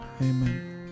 amen